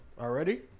already